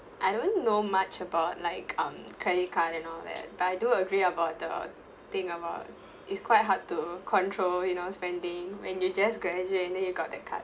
I don't know much about like um credit card and all that but I do agree about the thing about its quite hard to control you know spending when you just graduate then you got that card